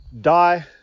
die